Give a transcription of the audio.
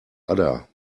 udder